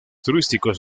turísticos